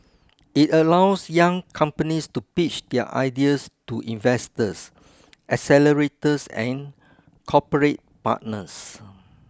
it allows young companies to pitch their ideas to investors accelerators and corporate partners